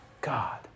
God